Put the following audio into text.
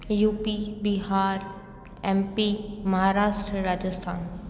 you P Bihar M P Maharashtra Rajasthan